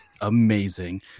amazing